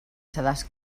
sedàs